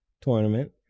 tournament